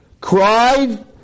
cried